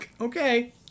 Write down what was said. okay